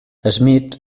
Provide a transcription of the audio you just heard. smith